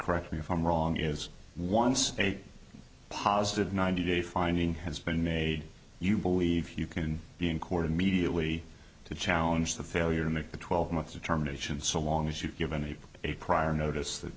correct me if i'm wrong is once a positive ninety day finding has been made you believe you can be in court immediately to challenge the failure to make the twelve months of terminations so long as you've given me a prior notice that